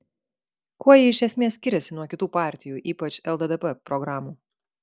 kuo ji iš esmės skiriasi nuo kitų partijų ypač lddp programų